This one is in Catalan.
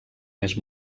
més